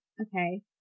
okay